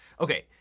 okay,